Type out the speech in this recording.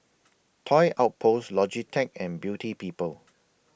Toy Outpost Logitech and Beauty People